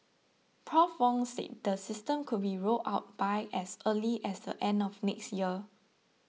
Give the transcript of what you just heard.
Prof Wong said the system could be rolled out by as early as the end of next year